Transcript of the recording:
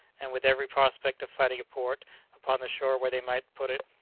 and with every prospect of finding a port upon the shore where they might put in.